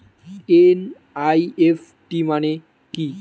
NEFT মনে কি?